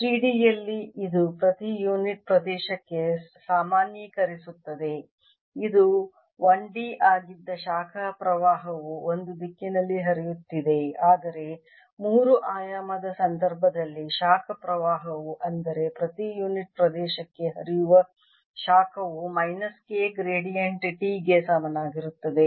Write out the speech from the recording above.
3ಡಿ ಯಲ್ಲಿ ಇದು ಪ್ರತಿ ಯುನಿಟ್ ಪ್ರದೇಶಕ್ಕೆ ಸಾಮಾನ್ಯೀಕರಿಸುತ್ತದೆ ಇದು 1 ಡಿ ಆಗಿದ್ದ ಶಾಖ ಪ್ರವಾಹವು ಒಂದು ದಿಕ್ಕಿನಲ್ಲಿ ಹರಿಯುತ್ತಿದೆ ಆದರೆ ಮೂರು ಆಯಾಮದ ಸಂದರ್ಭದಲ್ಲಿ ಶಾಖ ಪ್ರವಾಹವು ಅಂದರೆ ಪ್ರತಿ ಯುನಿಟ್ ಪ್ರದೇಶಕ್ಕೆ ಹರಿಯುವ ಶಾಖವು ಮೈನಸ್ K ಗ್ರೇಡಿಯಂಟ್ T ಗೆ ಸಮಾನವಾಗಿರುತ್ತದೆ